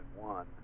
one